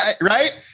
Right